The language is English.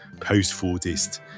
post-Fordist